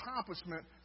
accomplishment